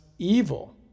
evil